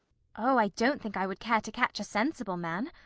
oh, i don't think i would care to catch a sensible man.